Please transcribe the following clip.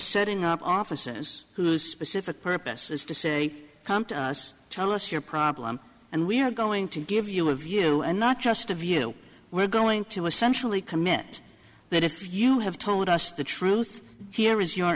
setting up offices whose specific purpose is to say come to us tell us your problem and we are going to give you a view and not just of you we're going to essentially commit that if you have told us the truth here is your